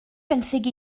benthyg